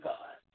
God